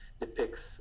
depicts